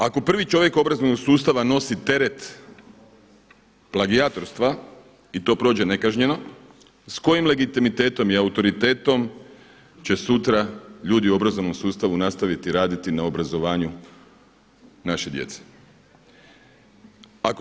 Ako prvi čovjek obrazovnog sustava nosi teret plagijatorstva i to prođe nekažnjeno s kojim legitimitetom i autoritetom će sutra ljudi u obrazovnom sustavu nastaviti raditi na obrazovanju naše djece.